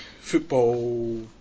football